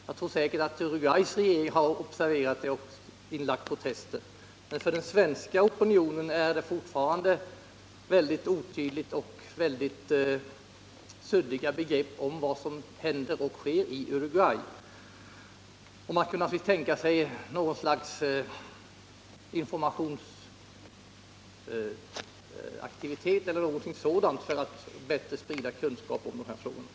Jag tror säkert att Uruguays regering har observerat de här uttalandena och inlagt protester, men den svenska opinionen har fortfarande väldigt suddiga begrepp om vad som händer och sker i Uruguay. Man skulle naturligtvis därför kunna tänka sig att genom något slags informationsaktivitet eller någonting sådant bättre kunna sprida kunskap om de här frågorna.